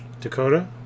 Dakota